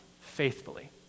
faithfully